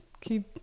Keep